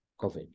COVID